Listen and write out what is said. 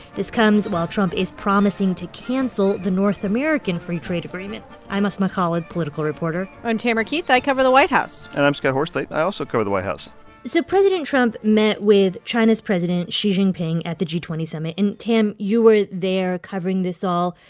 this comes while trump is promising to cancel the north american free trade agreement i'm asma khalid, political reporter i'm tamara keith. i cover the white house and i'm scott horsley. i also cover the white house so president trump met with china's president xi jinping at the g twenty summit. and tam, you were there covering this all.